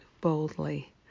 boldly